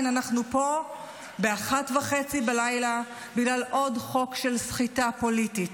אנחנו עדיין פה ב-01:30 בגלל עוד חוק של סחיטה פוליטית.